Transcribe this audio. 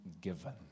given